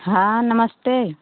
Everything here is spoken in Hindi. हाँ नमस्ते